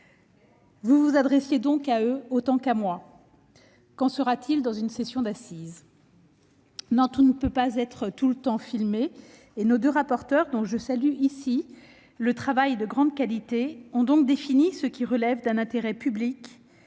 Vous vous adressiez donc à ces personnes autant qu'à moi. Qu'en sera-t-il dans une session d'assises ? Non, tout ne peut pas être tout le temps filmé, et nos deux rapporteurs, dont je salue ici le travail de grande qualité, ont défini ce qui relève d'un intérêt public,